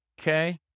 Okay